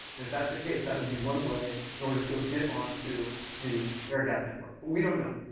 and if that's the case, that would be one way in order to get onto the air-gapped network. but we don't know.